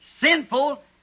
sinful